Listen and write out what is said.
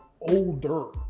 older